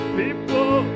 people